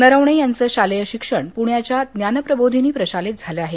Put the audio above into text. नरवणे यांचं शालेय शिक्षण पुण्याच्या ज्ञानप्रबोधिनी प्रशालेत झालं आहे